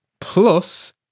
plus